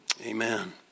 Amen